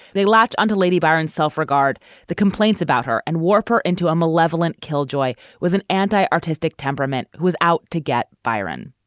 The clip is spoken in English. they latch onto lady biron self-regard the complaints about her and warped into a malevolent killjoy with an anti artistic temperament was out to get byron